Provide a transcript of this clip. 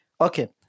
Okay